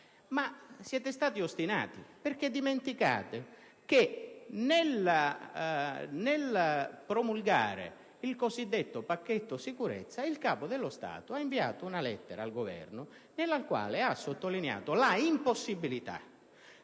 siete stati ostinati, perché avete dimenticato che, nel promulgare il cosiddetto pacchetto sicurezza, il Capo dello Stato ha inviato una lettera al Governo nella quale ha sottolineato l'impossibilità